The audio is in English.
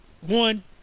One